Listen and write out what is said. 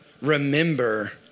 remember